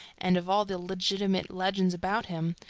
and, of all the legitimate legends about him,